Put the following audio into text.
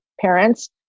parents